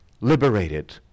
liberated